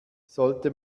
sollte